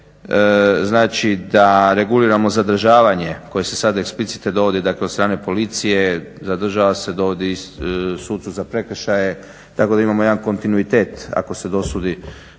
znači da reguliramo zadržavanje koje se sad eksplicite dovodi, dakle od strane policije, zadržava se, dovodi sucu za prekršaje tako da imamo jedan kontinuitet ako se dosudi